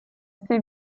всі